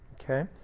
Okay